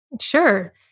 Sure